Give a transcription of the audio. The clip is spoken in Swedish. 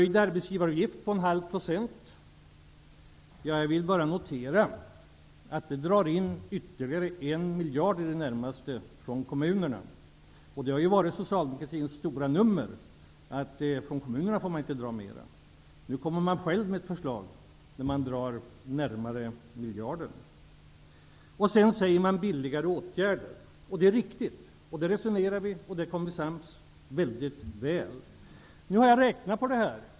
Jag vill bara notera att det drar in ytterligare närmare 1 miljard från kommunerna. Socialdemokratins stora nummer har varit att man inte får dra in något mera från kommunerna. Nu kommer Socialdemokraterna själva med ett förslag där man drar in närmare 1 miljard. Man säger att det skall vara billigare åtgärder. Det är riktigt. Vi resonerade om detta och kom mycket väl överens. Nu har jag räknat på det här.